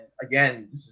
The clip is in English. again